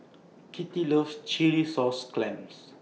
Kittie loves Chilli Sauce Clams